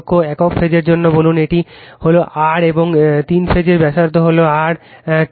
একক ফেজের জন্য বলুন এটি হল R এবং তিন ফেজের ব্যাসার্ধ হল R 2 R